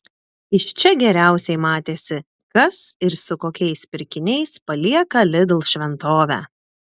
iš čia geriausiai matėsi kas ir su kokiais pirkiniais palieka lidl šventovę